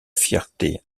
fierté